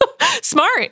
Smart